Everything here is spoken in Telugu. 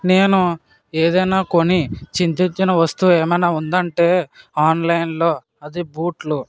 నేను ఏదైన కొని చింతించిన వస్తువు ఏమైనా ఉందంటే ఆన్లైన్ లో అది బూట్లు